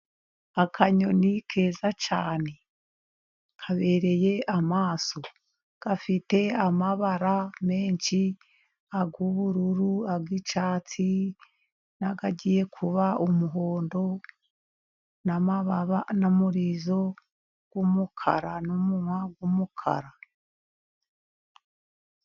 Akanyoni keza cyane kabereye amaso, gafite amabara menshi y'ubururu, icyatsi , n'agiye kuba umuhondo. Amababa n'umurizo w'umukara ...............